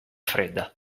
fredda